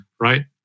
right